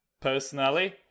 personally